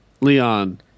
Leon